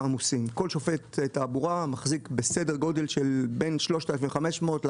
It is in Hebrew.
לא יפספס יום עבודה בשביל 500 שקלים,